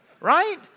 Right